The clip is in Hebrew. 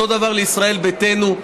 ואותו דבר לישראל ביתנו,